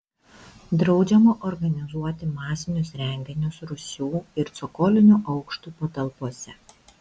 draudžiama organizuoti masinius renginius rūsių ir cokolinių aukštų patalpose